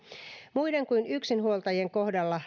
muiden kuin yksinhuoltajien kohdalla